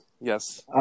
Yes